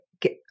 get